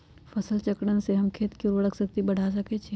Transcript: फसल चक्रण से हम खेत के उर्वरक शक्ति बढ़ा सकैछि?